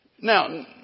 Now